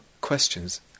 questions